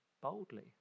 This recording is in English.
boldly